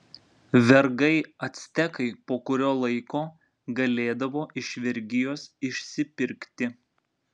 vergai actekai po kurio laiko galėdavo iš vergijos išsipirkti